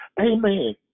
Amen